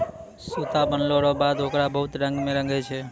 सूता बनलो रो बाद होकरा बहुत रंग मे रंगै छै